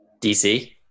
DC